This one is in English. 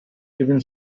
given